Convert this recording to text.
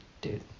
dude